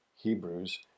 Hebrews